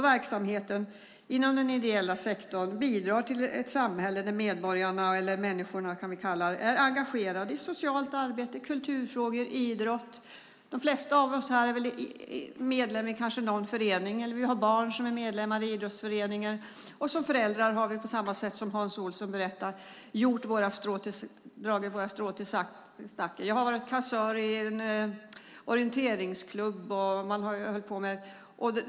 Verksamheten inom den ideella sektorn bidrar till ett samhälle där människorna - medborgarna - är engagerade i socialt arbete, kulturfrågor eller idrott. De flesta av oss är nog medlem i någon förening eller har barn som är medlemmar i en idrottsförening. Som föräldrar har vi, precis som Hans Olsson, dragit våra strån till stacken. Jag har varit kassör i en orienteringsklubb.